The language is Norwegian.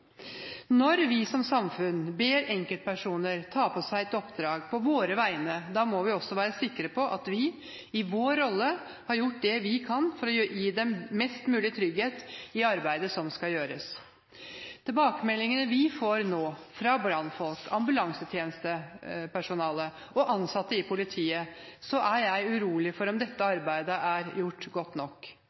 Når vi som samfunn ber enkeltpersoner ta på seg et oppdrag på våre vegne, må vi også være sikre på at vi, i vår rolle, har gjort det vi kan for å gi dem mest mulig trygghet i arbeidet som skal gjøres. Tilbakemeldingene vi får nå – fra brannfolk, ambulansetjenestepersonale og ansatte i politiet – gjør meg urolig for om dette arbeidet er gjort godt nok.